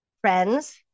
friends